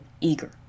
eager